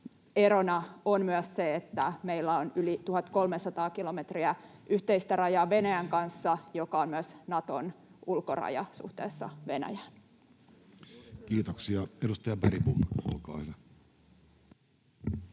erona on myös se, että meillä on Venäjän kanssa yli 1 300 kilometriä yhteistä rajaa, joka on myös Naton ulkoraja suhteessa Venäjään. Kiitoksia. — Edustaja Bergbom, olkaa hyvä.